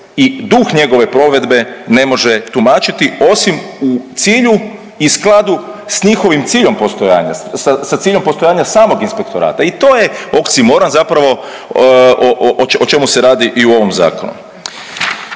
i duh njegove provedbe ne može tumačiti osim u cilju i skladu s njihovim ciljem postojanja, ciljem postojanja samog inspektorata i to je oksimoron zapravo o čemu se radi i u ovom zakonu.